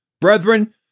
Brethren